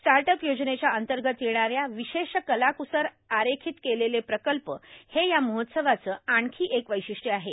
start up योजनेच्या अंतर्गत येणाऱ्या विशेष कलाकुसर आरेखित केलेले प्रकल्प हे या महोत्सवाचं आणखी एक वैशिष्ट्य आहे